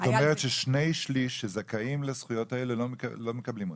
את אומרת ששני שליש שזכאים לזכויות האלה לא מקבלים אותן.